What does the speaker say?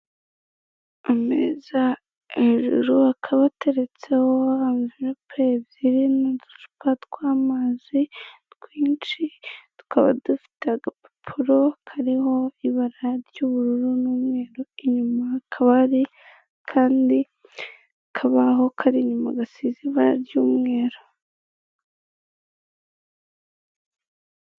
Ameza hejuru akaba ateretseho anvelope ebyiri n'uducupa tw'amazi twinshi, tukaba dufite agapapuro kariho ibara ry'ubururu n'umweru inyuma hakaba hari akandi kabaho kari inyuma gasize ibara ry'umweru.